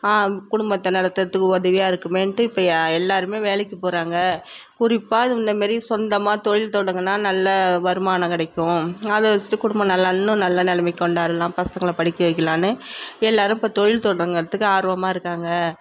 ஆ குடும்பத்தை நடத்தர்த்துக்கு உதவியா இருக்குமேன்ட்டு இப்போ யா எல்லோருமே வேலைக்கு போகிறாங்க குறிப்பாக இந்தமாரி சொந்தமாக தொழில் தொடங்கினா நல்ல வருமானம் கிடைக்கும் அதை வெஷ்ட்டு குடும்பம் நல்லா இன்னும் நல்லா நிலைமைக் கொண்டு வரலாம் பசங்கள படிக்க வைக்கிலானு எல்லோரும் இப்போ தொழில் தொடங்கிறதுக்கு ஆர்வமாக இருக்காங்க